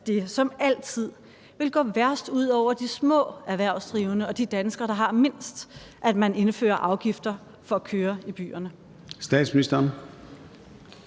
det som altid vil gå værst ud over de små erhvervsdrivende og de danskere, der har mindst, at man indfører afgifter for at køre i byerne?